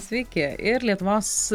sveiki ir lietuvos